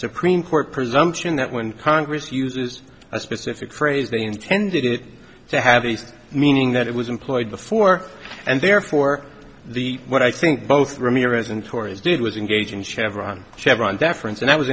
supreme court presumption that when congress uses a specific phrase they intended it to have a meaning that it was employed before and therefore the what i think both ramirez and tories did was engaging chevron chevron deference and